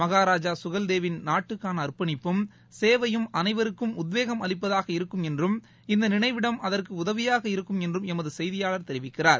மஹாராஜாகஹெல்தேவின் நாட்டுக்கானஅர்ப்பணிப்பும் சேவையும் அனைவருக்கும் உத்வேகம் அளிப்பதாக இருக்கும் என்றும் இந்தநினைவிடம் அதற்குஉதவியாக இருக்கும் என்றும் எமதுசெய்தியாளர் தெரிவிக்கிறார்